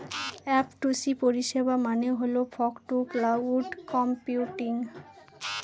F two C পরিষেবা মানে হল ফগ টু ক্লাউড কম্পিউটিং